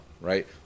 right